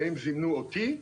והם זימנו אותי,